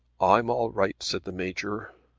i'm all right, said the major.